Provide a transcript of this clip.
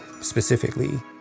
specifically